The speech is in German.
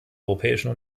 europäischen